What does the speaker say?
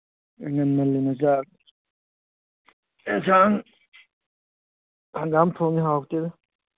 ꯑꯦ ꯉꯟꯃꯜꯂꯤ ꯅꯣꯏ ꯆꯥꯛ ꯑꯦꯟꯖꯥꯡ ꯍꯪꯒꯥꯝ ꯊꯣꯡꯉꯤ ꯍꯥꯎꯇꯦꯗ